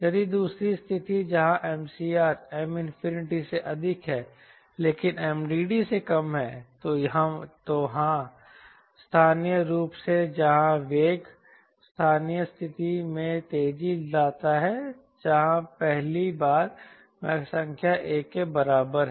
यदि दूसरी स्थिति जहां MCR Mसे अधिक है लेकिन MDD से कम है तो हाँ स्थानीय रूप से जहां वेग स्थानीय स्थिति में तेजी लाता है जहां पहली बार मैकसंख्या एक के बराबर है